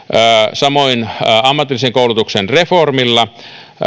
samoin ammatillisen koulutuksen reformilla